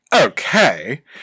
okay